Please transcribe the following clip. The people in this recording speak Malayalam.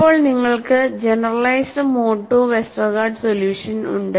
ഇപ്പോൾ നിങ്ങൾക്ക് generalized mode II Westergaard solution ഉണ്ട്